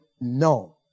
no